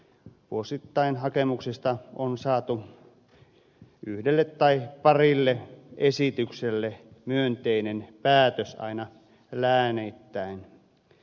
vuosittain hakemuksista on saatu yhdelle tai parille esitykselle myönteinen päätös aina lääneittäin